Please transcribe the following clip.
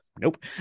nope